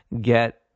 get